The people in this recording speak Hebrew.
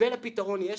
מתווה לפתרון יש,